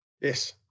yes